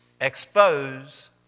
Expose